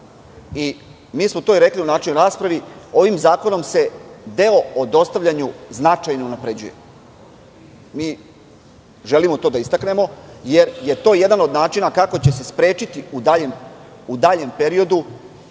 mi smo to i rekli u načelnoj raspravi. Ovim zakonom se deo o dostavljanju značajno unapređuje. Mi želimo to da istaknemo jer je to jedan od načina kako će se sprečiti u daljem periodu